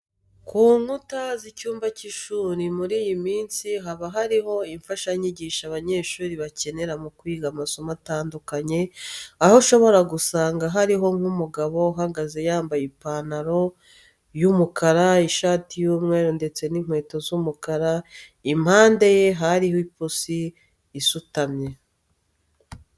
Ku nkuta z'icyumba cy'ishuri muri iyi minsi haba hariho imfashanyigisho abanyeshuri bakenera mu kwiga amasomo atandukanye, aho ushobora gusanga hariho nk'umugabo uhagaze yambaye ipantaro y'umukara, ishati y'umweru ndetse n'inkweto z'umukara, impande ye hariho ipusi isutamye.